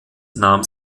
nahm